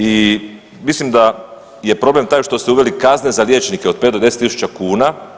I mislim da je problem taj što ste uveli kazne za liječnike od 5 do 10 000 kuna.